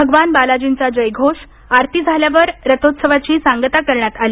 भगवान बालाजींचा जयघोष आरती झाल्यावर रथोत्सवाची सांगता करण्यात आली